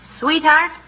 Sweetheart